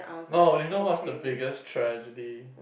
no you know what's the biggest tragedy